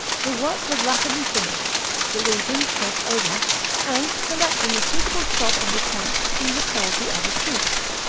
the work was rapidly finished the legions crossed over and, selecting a suitable spot for his camp, he recalled the other troops.